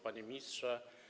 Panie Ministrze!